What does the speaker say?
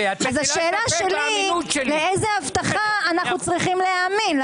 אז השאלה שלי לאיזה הבטחה אנחנו צריכים להאמין,